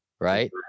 right